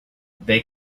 they